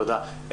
תודה.